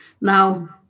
Now